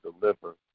deliver